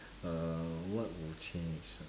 uh what would change ah